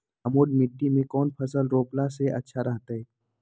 दोमट मिट्टी में कौन फसल रोपला से अच्छा रहतय?